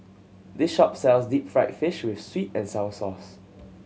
this shop sells deep fried fish with sweet and sour sauce